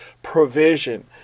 provision